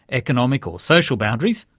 economic or social boundaries,